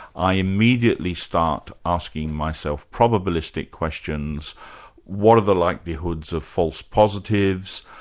i immediately start asking myself probabilistic questions what are the likelihoods of false positives,